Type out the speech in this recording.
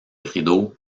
rideau